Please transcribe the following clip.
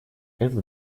это